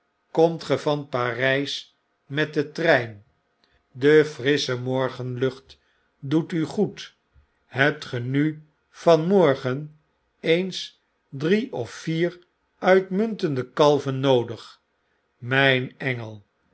komt ge van parys metdentreinpdefrissche morgenlucht doet u goed hebt ge nu van morgen eens drie of vier uitmuntende kalven noodig myn engel